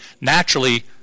naturally